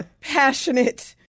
passionate